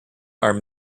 are